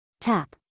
Tap